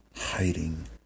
hiding